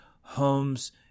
homes